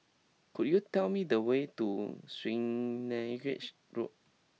could you tell me the way to Swanage Road